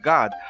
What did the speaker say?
God